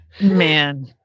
Man